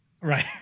Right